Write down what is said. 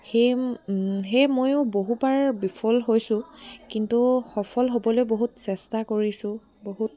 সেই সেয়ে ময়ো বহুবাৰ বিফল হৈছোঁ কিন্তু সফল হ'বলৈ বহুত চেষ্টা কৰিছোঁ বহুত